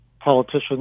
politicians